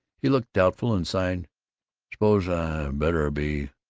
he looked doubtful, and sighed, s'pose i'd better be